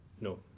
No